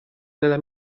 nella